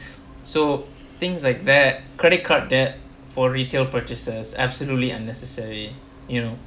so things like that credit card debt for retail purchases absolutely unnecessary you know